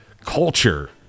culture